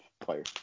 player